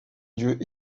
lieux